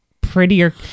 prettier